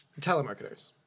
Telemarketers